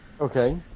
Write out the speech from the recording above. Okay